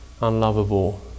unlovable